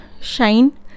shine